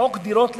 חוק דירות להשכרה,